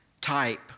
type